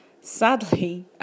sadly